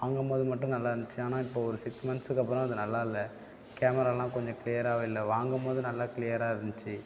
வாங்கும்போது மட்டும் நல்லாருந்திச்சு ஆனால் இப்போ ஒரு சிக்ஸ் மன்த்ஸ்க்கப்புறம் அது நல்லாயில்லை கேமராலாம் கொஞ்சம் கிளியராகவே இல்லை வாங்கும்போது நல்லா கிளியராக இருந்திச்சு